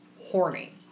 horny